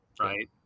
right